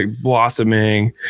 blossoming